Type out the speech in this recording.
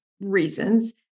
reasons